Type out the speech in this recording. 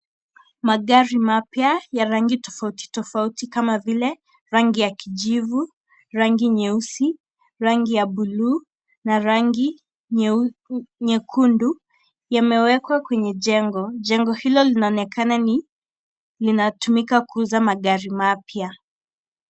Magari mapya ya rangi tofauti tofauti, kama vile rangi ya kijivu, rangi nyeusi, rangi ya buluu, na rangi nyeu nyekundu, yamewekwa kwenye jengo. Jengo hilo linaonekana ni linatumika kuuzia magari mapya.